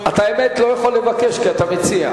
האמת, אתה לא יכול לבקש, כי אתה מציע.